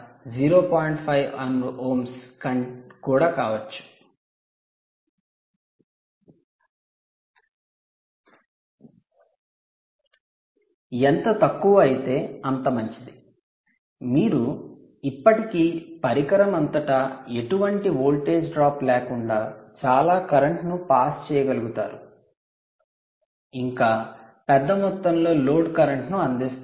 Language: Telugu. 1 ఓంలు కుడా కావచ్చు ఎంత తక్కువ అయితే అంత మంచిది మీరు ఇప్పటికీ పరికరం అంతటా ఎటువంటి వోల్టేజ్ డ్రాప్ లేకుండా చాలా కరెంట్ను పాస్ చేయగలుగుతారు ఇంకా పెద్ద మొత్తంలో లోడ్ కరెంట్ను అందిస్తారు